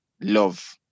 love